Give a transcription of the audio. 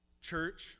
Church